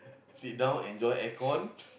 sit down enjoy aircon